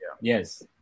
Yes